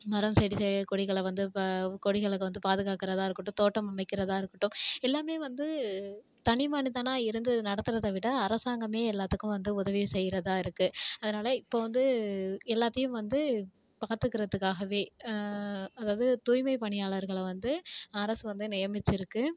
மரம் செடி செ கொடிகளை வந்து கொடிகளை வந்து பாதுகாக்கிறதா இருக்கட்டும் தோட்டம் அமைக்கிறதா இருக்கட்டும் எல்லாமே வந்து தனி மனிதனாக இருந்து நடத்துறதை விட அரசாங்கமே எல்லாத்துக்கும் வந்து உதவி செய்யறதா இருக்குது அதனாலே இப்போது வந்து எல்லாத்தையும் வந்து பார்த்துக்குறத்துக்காகவே அதாவது தூய்மை பணியாளர்களளைவந்து அரசு வந்து நியமிச்சுருக்கு